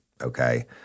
okay